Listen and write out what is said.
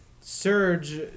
Surge